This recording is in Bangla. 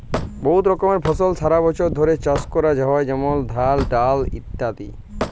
বহুত রকমের ফসল সারা বছর ধ্যরে চাষ ক্যরা হয় যেমল ধাল, ডাল, গম